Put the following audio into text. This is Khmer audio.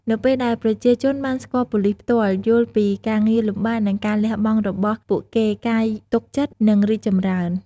នៅពេលដែលប្រជាជនបានស្គាល់ប៉ូលីសផ្ទាល់ យល់ពីការងារលំបាក និងការលះបង់របស់ពួកគេ ការទុកចិត្តនឹងរីកចម្រើន។